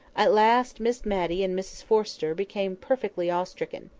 at last miss matty and mrs forrester became perfectly awestricken.